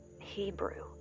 Hebrew